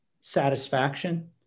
satisfaction